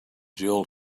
jill